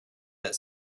that